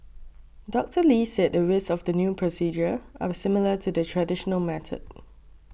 Doctor Lee said the risks of the new procedure are similar to the traditional method